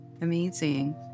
amazing